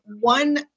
one